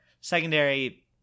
secondary